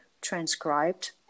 transcribed